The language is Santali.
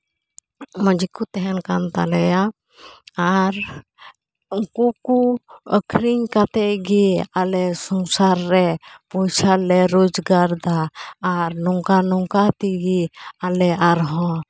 ᱢᱚᱡᱽ ᱜᱮᱠᱚ ᱛᱮᱦᱮᱱ ᱠᱟᱱ ᱛᱟᱞᱮᱭᱟ ᱟᱨ ᱩᱱᱠᱩ ᱠᱚ ᱟᱹᱠᱷᱨᱤᱧ ᱠᱟᱛᱮ ᱜᱮ ᱟᱞᱮ ᱥᱚᱝᱥᱟᱨ ᱨᱮ ᱯᱚᱭᱥᱟ ᱞᱮ ᱨᱳᱡᱽᱜᱟᱨ ᱮᱫᱟ ᱟᱨ ᱱᱚᱝᱠᱟ ᱱᱚᱝᱠᱟ ᱛᱮᱜᱤ ᱟᱞᱮ ᱟᱨᱦᱚᱸ